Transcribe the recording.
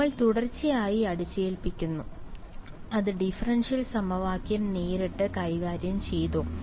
നമ്മൾ തുടർച്ചയായി അടിച്ചേൽപ്പിക്കുന്നു അത് ഡിഫറൻഷ്യൽ സമവാക്യം നേരിട്ട് കൈകാര്യം ചെയ്തോ